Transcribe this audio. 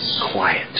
Quiet